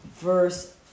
verse